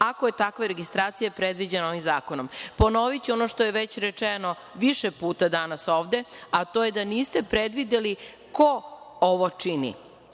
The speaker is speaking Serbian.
ako je takva registracija predviđena ovim zakonom. Ponoviću ono što je već rečeno više puta danas ovde, a to je da niste predvideli ko ovo čini?